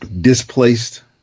displaced